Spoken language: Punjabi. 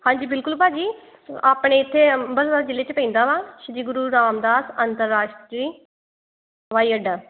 ਹਾਂਜੀ ਬਿਲਕੁਲ ਭਾਅ ਜੀ ਆਪਣੇ ਇੱਥੇ ਅੰਮ੍ਰਿਤਸਰ ਜਿਲ੍ਹੇ 'ਚ ਪੈਂਦਾ ਵਾ ਸ਼੍ਰੀ ਗੁਰੂ ਰਾਮਦਾਸ ਅੰਤਰਰਾਸ਼ਟਰੀ ਹਵਾਈ ਅੱਡਾ